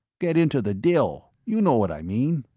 get into the dill. you know what i mean.